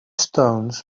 stones